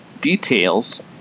Details